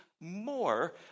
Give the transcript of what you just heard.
more